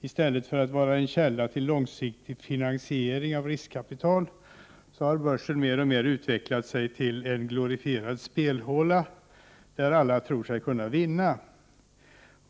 I stället för att vara en källa till långsiktig finansiering av riskkapital har börsen mer och mer utvecklat sig till en glorifierad spelhåla, där alla tror sig kunna vinna.